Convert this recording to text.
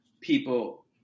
people